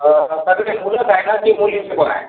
फक्त ते मुलंच आहेत ना की मुलींचा पन आहे